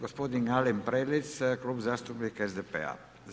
Gospodin Alen Prelec, Klub zastupnika SDP-a.